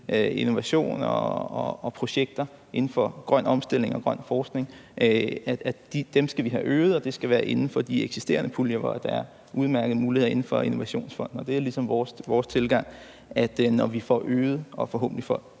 innovation og projekter inden for grøn omstilling og grøn forskning. Dem skal vi have øget, og det skal være inden for de eksisterende puljer, hvor der er udmærkede muligheder inden for Innovationsfonden. Og det er ligesom vores tilgang, at når vi får øget og forhåbentlig